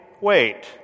wait